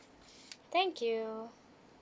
thank you